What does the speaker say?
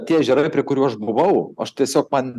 tie ežerai prie kurių aš buvau aš tiesiog man